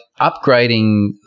upgrading